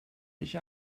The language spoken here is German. ich